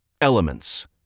Elements